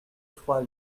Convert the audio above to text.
trois